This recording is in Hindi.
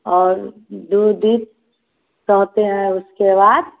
और दो दीप हैं उसके बाद